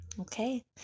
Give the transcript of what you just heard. okay